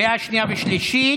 בקריאה שנייה ושלישית.